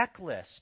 checklist